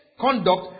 conduct